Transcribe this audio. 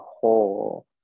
whole